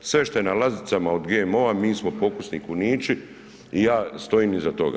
Sve što je na ladicama od GMO-a mi smo pokusni kunići i ja stojim iza toga.